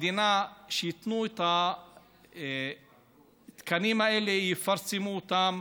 המדינה, שייתנו את התקנים האלה, יפרסמו אותם,